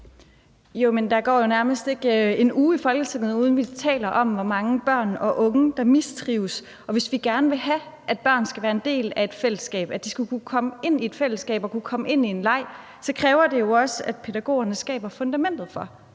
Men der går jo nærmest ikke en uge i Folketinget, uden at vi taler om, hvor mange børn og unge der mistrives. Og hvis vi gerne vil have, at børn skal være en del af et fællesskab, at de skal kunne komme ind i et fællesskab og kunne komme ind i en leg, så kræver det jo også, at pædagogerne skaber fundamentet for,